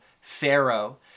Pharaoh